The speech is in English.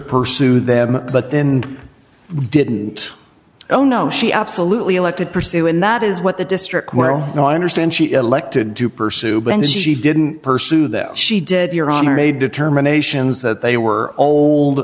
pursue them but then didn't oh no she absolutely elected pursue and that is what the district where now i understand she elected to pursue bends she didn't pursue that she did your honor a determinations that they were old